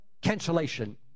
cancellation